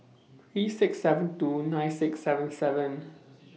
three six seven two nine six seven seven